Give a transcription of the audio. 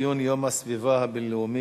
במסגרת ציון יום הסביבה הבין-לאומי,